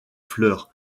fleur